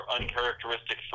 uncharacteristic